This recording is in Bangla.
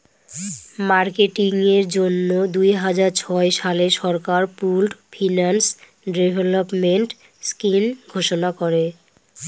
মার্কেটিং এর জন্য দুই হাজার ছয় সালে সরকার পুল্ড ফিন্যান্স ডেভেলপমেন্ট স্কিম ঘোষণা করে